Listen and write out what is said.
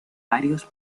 varios